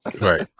Right